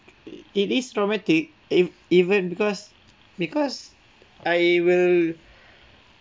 it is traumatic e~ event because because I will